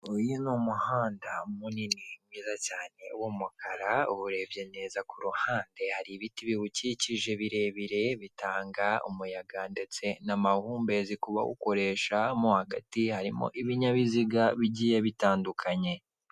Uyu ni umuhanda munini mwiza cyane, w'umukara urebye neza ku ruhande hari ibiti biwukikije birebire, bitanga umuyaga ndetse n'amahumbezi kubawukoresha hagati harimo ibinyabiziga bigiye bitandukanye.